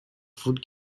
food